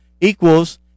equals